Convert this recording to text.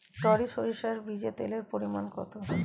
টরি সরিষার বীজে তেলের পরিমাণ কত?